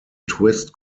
twist